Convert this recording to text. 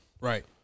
Right